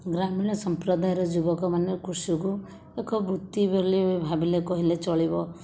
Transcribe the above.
ଗ୍ରାମୀଣ ସମ୍ପ୍ରଦାୟର ଯୁବକମାନେ କୃଷିକୁ ଏକ ବୃତ୍ତି ବୋଲି ଭାବିଲେ କହିଲେ ଚଳିବ